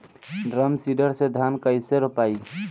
Drum seeder से धान कैसे रोपाई?